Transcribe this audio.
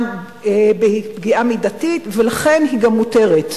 היא פגיעה מידתית, ולכן היא גם מותרת.